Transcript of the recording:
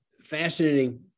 fascinating